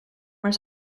maar